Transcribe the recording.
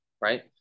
Right